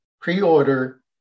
pre-order